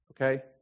okay